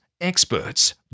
experts